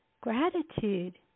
Gratitude